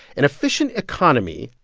an efficient economy,